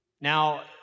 Now